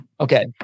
Okay